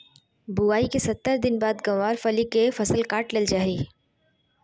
बुआई के सत्तर दिन बाद गँवार फली के फसल काट लेल जा हय